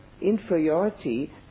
inferiority